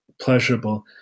pleasurable